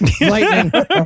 Lightning